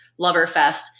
Loverfest